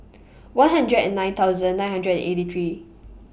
one hundred and nine thousand nine hundred and eighty three